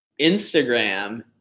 Instagram